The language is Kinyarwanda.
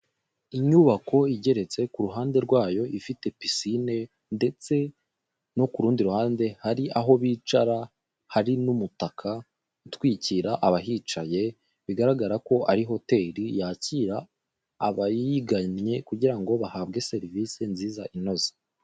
Inyubako igeretse ku ruhande rwayo ifite pisine ndetse no ku rundi ruhande hari aho bicara, hari n'umutaka utwikira abahicaye bigaragara ko ari hoteli yakira abayigannye kugira ngo bahabwe serivisi nziza inoze.